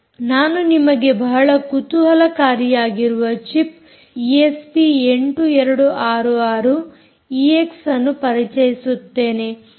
ನಾನು ನಿಮಗೆ ಬಹಳ ಕುತೂಹಲಕಾರಿಯಾಗಿರುವ ಚಿಪ್ ಈಎಸ್ಪಿ 8266 ಈಎಕ್ಸ್ ಅನ್ನು ಪರಿಚಯಿಸುತ್ತೇನೆ